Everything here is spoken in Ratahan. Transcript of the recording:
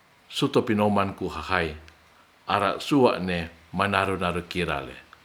Suto pinoman hahae ara sua'ne manaru-naru kirale